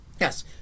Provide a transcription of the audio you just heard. Yes